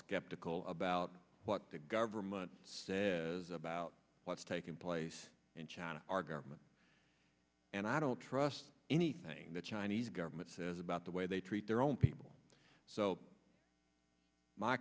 skeptical about what the government says about what's taking place in china our government and i don't trust anything the chinese government says about the way they treat their own people so my